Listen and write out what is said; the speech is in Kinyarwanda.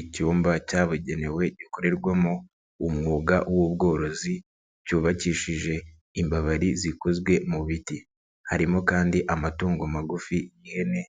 Icyumba cyabugenewe gikorerwamo umwuga w'ubworozi cyubakishije imbabari zikozwe mu biti, harimo kandi amatungo magufi y'ihene